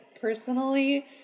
Personally